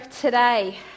today